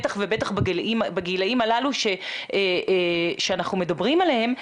בטח ובטח בגילאים הללו שאנחנו מדברים עליהם,